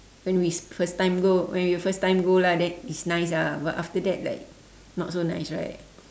when we when we first time go when we first time go lah then it's nice ah but after that like not so nice right